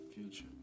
future